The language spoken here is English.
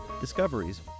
discoveries